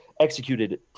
Executed